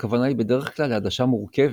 הכוונה היא בדרך כלל לעדשה מורכבת.